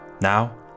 Now